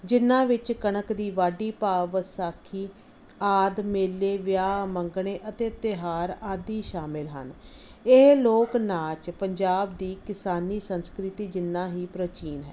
ਜਿਹਨਾਂ ਵਿੱਚ ਕਣਕ ਦੀ ਵਾਢੀ ਭਾਵ ਵਿਸਾਖੀ ਆਦਿ ਮੇਲੇ ਵਿਆਹ ਮੰਗਣੇ ਅਤੇ ਤਿਉਹਾਰ ਆਦਿ ਸ਼ਾਮਿਲ ਹਨ ਇਹ ਲੋਕ ਨਾਚ ਪੰਜਾਬ ਦੀ ਕਿਸਾਨੀ ਸੰਸਕ੍ਰਿਤੀ ਜਿੰਨਾ ਹੀ ਪ੍ਰਾਚੀਨ ਹੈ